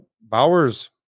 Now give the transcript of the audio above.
Bowers